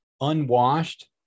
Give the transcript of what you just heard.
unwashed